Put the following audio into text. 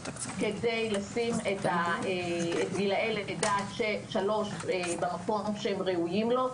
כדי לשים את גיל לידה עד שלוש במקום שהם ראויים לו.